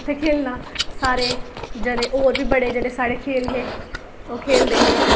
उत्थै खेलना सारें जनें ओर बी बड़े जेह्ड़े सारे खेल हे ओह् खेलदे हे